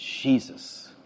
Jesus